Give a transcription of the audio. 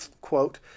quote